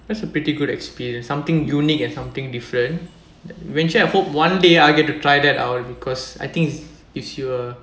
that's a pretty good experience something unique and something different eventually I hope one day I get to try that out because I think it gives you a